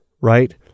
right